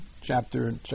chapter